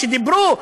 שדיברו,